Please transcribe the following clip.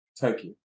Turkey